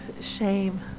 shame